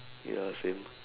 ya same